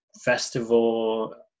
festival